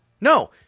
No